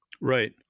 Right